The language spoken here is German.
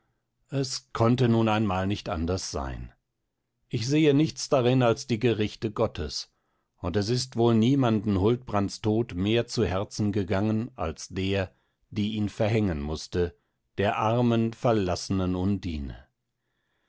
es konnte nun einmal nichts anders sein ich sehe nichts darin als die gerichte gottes und es ist wohl niemanden huldbrands tod mehr zu herzen gegangen als der die ihn verhängen mußte der armen verlaßnen undine